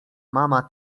mama